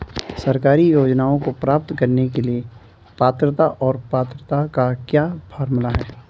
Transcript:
सरकारी योजनाओं को प्राप्त करने के लिए पात्रता और पात्रता का क्या फार्मूला है?